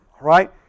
right